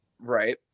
right